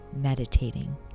meditating